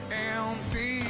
empty